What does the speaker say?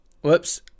Whoops